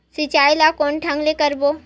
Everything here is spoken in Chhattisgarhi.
सिंचाई ल कोन ढंग से करबो?